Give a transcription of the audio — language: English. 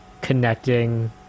connecting